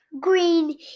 green